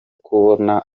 kubona